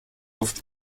oft